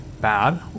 bad